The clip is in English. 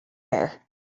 her